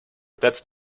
that’s